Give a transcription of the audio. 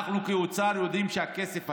אנחנו כאוצר יודעים שהכסף היה.